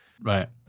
right